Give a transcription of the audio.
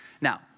Now